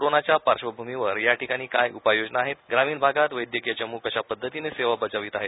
corona च्या पार्श्वभूमीवर याठिकाणी काय उपाययोजना आहेत ग्रामीण भागात वैदयकीय चम् कशापदधतीने सेवा बजावीत आहेत